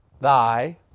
Thy